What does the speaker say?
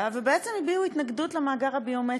ובעצם הביעו התנגדות למאגר הביומטרי.